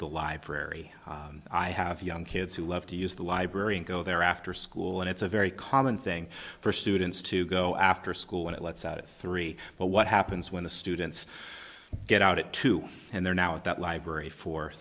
the library i have young kids who love to use the library and go there after school and it's a very common thing for students to go after school and it lets out three but what happens when the students get out at two and they're now at that library for